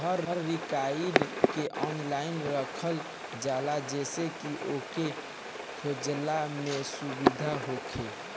हर record के online रखल जाला जेसे की ओके खोजला में सुबिधा होखे